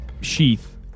sheath